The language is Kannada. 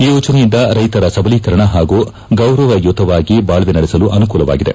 ಈ ಯೋಜನೆಯಿಂದ ರೈತರ ಸಬಲೀಕರಣ ಹಾಗೂ ಗೌರವಯುತವಾಗಿ ಬಾಳ್ವೆ ನಡೆಸಲು ಅನುಕೂಲವಾಗಿದೆ